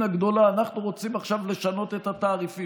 הגדולה: אנחנו רוצים עכשיו לשנות את התעריפים.